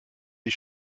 die